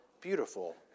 beautiful